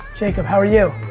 jacob, how are you?